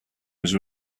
was